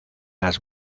las